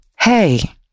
Hey